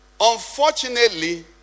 unfortunately